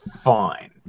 fine